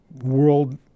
world